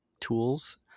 tools